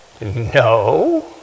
No